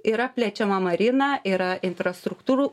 yra plečiama marina yra infrastruktūrų